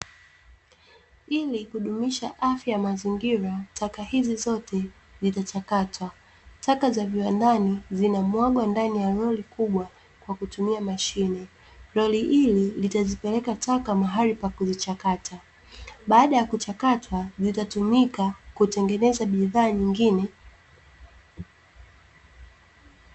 Ili kudumisha afya ya mazingira, taka hizi zote zitachaktwa, taka za viwandani zinamwaga ndani ya lori kubwa kwa kutumia mashine. Lori hili litazipeleka taka mahali pa kuzichakata. Baada ya kuchakatwa zitatumika kutengeneza bidhaa nyingine.